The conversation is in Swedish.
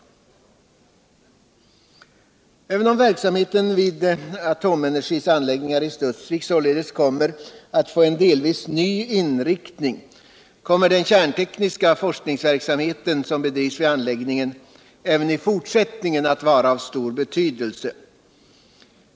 Även om verksamheten vid AB Atomenergis anläggningar i Studsvik således kommer att få en delvis ny inriktning kommer den kärntekniska forskningsverksamhet som bedrivs vid anläggningen även i fortsättningen att vara av stor betydelse.